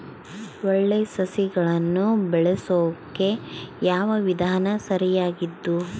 ಒಳ್ಳೆ ಸಸಿಗಳನ್ನು ಬೆಳೆಸೊಕೆ ಯಾವ ವಿಧಾನ ಸರಿಯಾಗಿದ್ದು?